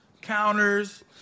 counters